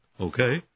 Okay